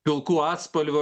pilkų atspalvių